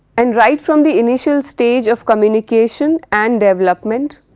and right from the initial stage of communication and development,